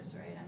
right